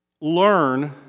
learn